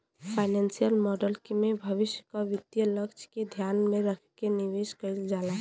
financial model में भविष्य क वित्तीय लक्ष्य के ध्यान में रखके निवेश कइल जाला